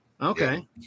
Okay